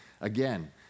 Again